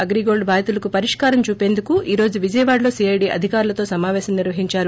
అగ్రిగోల్ బాధితులకు పరిష్కారం చూపేందుకు ఈ రోజు విజయవాడలో సీఐడీ అధికారులతో సమావేశం నిర్వహిందారు